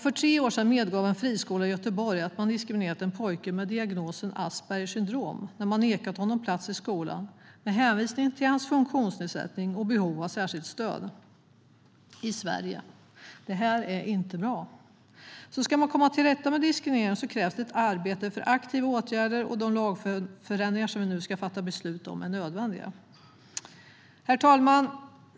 För tre år sedan medgav en friskola i Göteborg att man diskriminerat en pojke med diagnosen Aspbergers syndrom när man nekat honom en plats i skolan med hänvisning till hans funktionsnedsättning och behov av särskilt stöd - och detta i Sverige! Det här är inte bra. Ska man komma till rätta med diskriminering krävs det ett arbete för aktiva åtgärder. De lagförändringar som vi nu ska fatta beslut om är därför nödvändiga. Herr talman!